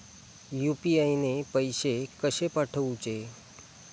UPI ने पैशे कशे पाठवूचे?